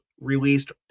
released